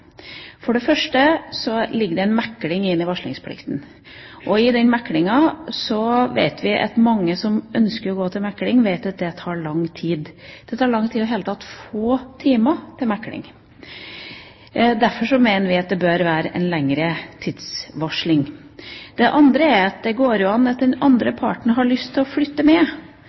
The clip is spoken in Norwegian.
For det første ligger det en mekling i varslingsplikten. Mange som ønsker å gå til mekling, vet at det tar lang tid. Det tar lang tid i det hele tatt å få time til mekling. Derfor mener vi det bør være en lengre tidsvarsling. Det andre er at det kan hende at den andre parten har lyst til å flytte med.